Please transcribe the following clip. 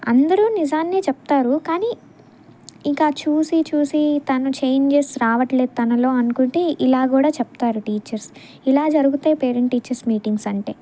అందరూ నిజాన్ని చెప్తారు కానీ ఇంకా చూసి చూసి తన చేంజెస్ రావట్లేదు తనలో అనుకుంటే ఇలా కూడా చెప్తారు టీచర్స్ ఇలా జరుగుతాయి పేరెంట్ టీచర్స్ మీటింగ్స్ అంటే